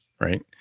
right